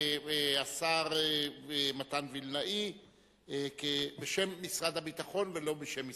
השר מתן וילנאי בשם משרד הביטחון ולא בשם משרדו,